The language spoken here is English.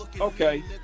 Okay